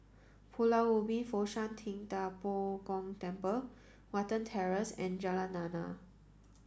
Pulau Ubin Fo Shan Ting Da Bo Gong Temple Watten Terrace and Jalan Lana